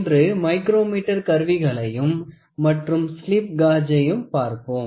இன்று மைக்ரோமீட்டர் கருவிகளையும் மற்றும் ஸ்லிப் காஜெசையும் பார்ப்போம்